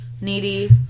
Needy